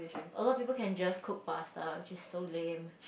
a lot of people can just cook pasta which is so lame